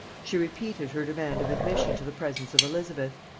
she repeated her demand of admission to the presence of elizabeth,